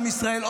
עם ישראל,